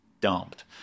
dumped